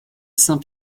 saint